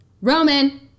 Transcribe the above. Roman